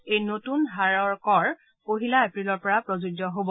এই নতুন হাৰৰ কৰ পহিলা এপ্ৰিলৰ পৰা প্ৰযোজ্য হ'ব